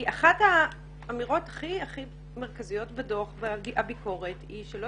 אחת האמירות הכי מרכזיות בדוח ביקורת היא שלא